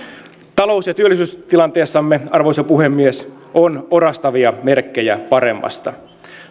talous ja työllisyystilanteessamme arvoisa puhemies on orastavia merkkejä paremmasta